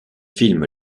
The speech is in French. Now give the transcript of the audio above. filme